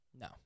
No